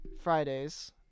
Fridays